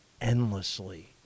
endlessly